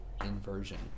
inversion